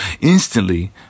instantly